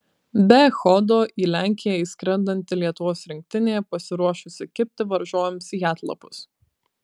be echodo į lenkiją išskrendanti lietuvos rinktinė pasiruošusi kibti varžovams į atlapus